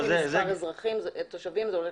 לפי מה זה הולך?